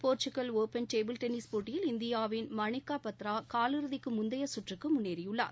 Portugal open table tennis போட்டியில் இந்தியாவிள் மணிக்கா பத்ரா கால் இறுதிக்கு முந்தைய சுற்றுக்கு முன்னேறியுள்ளார்